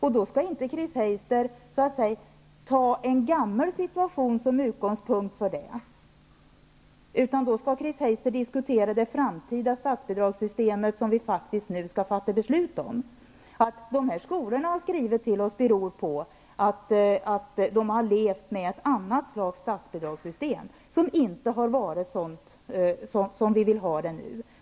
Chris Heister skall inte ta en gammal situation som utgångspunkt för det, utan hon skall diskutera det framtida statsbidragssystemet, som vi nu skall fatta beslut om. Att de här skolorna har skrivit till oss beror på att de har levt med ett annat statsbidragssystem, som inte har varit sådant som vi vill ha det nu.